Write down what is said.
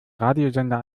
radiosender